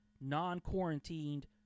non-quarantined